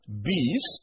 beast